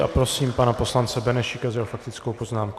A prosím pana poslance Benešíka s jeho faktickou poznámkou.